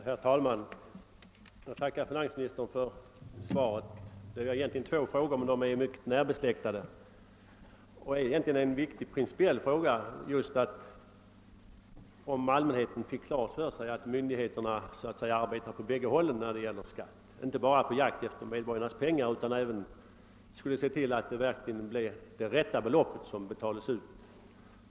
Herr talman! Jag tackar finansministern för svaret. Egentligen är det två frågor jag ställt, men de är närbesläktade. Principiellt är det mycket viktigt att allmänheten får klart för sig att myndigheterna när det gäller skatten så att säga arbetar åt båda hållen, alltså inte bara är på jakt efter medborgarnas pengar utan också ser till att det belopp som betalas ut verkligen blir det rätta.